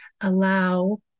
allow